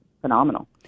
phenomenal